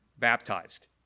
baptized